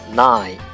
nine